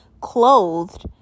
clothed